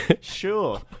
Sure